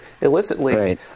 illicitly